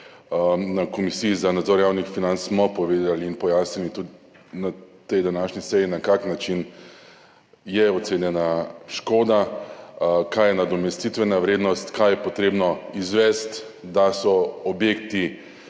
Na Komisiji za nadzor javnih financ smo povedali in pojasnili tudi na tej današnji seji, na kakšen način je ocenjena škoda, kaj je nadomestitvena vrednost, kaj je potrebno izvesti, da so objekti